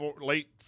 late